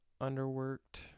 underworked